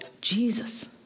Jesus